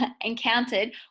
encountered